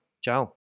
Ciao